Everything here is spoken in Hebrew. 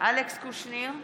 אלכס קושניר,